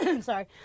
Sorry